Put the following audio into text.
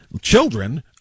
children